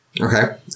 Okay